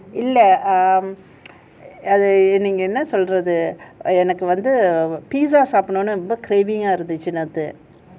இல்ல:illa um அது நீங்க என்ன சொல்றது எனக்கு வந்து:athu neenga ennasoldrathu enakku vanthu pizza சாப்டனும்னு ரொம்ப இருந்துச்சுsapdanumnu romba irunthuchu